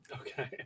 Okay